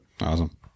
Awesome